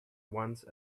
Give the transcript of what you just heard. once